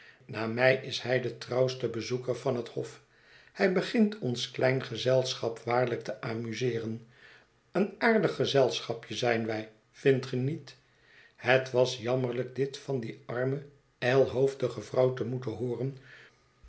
na mij is hij de trouwste bezoeker van het hof hij begint ons klein gezelschap waarlijk te amuseeren een aardig gezelschapje zijn wij vindt ge niet het was jammerlijk dit van die arme ijlhoofdige vrouw te moeten hooren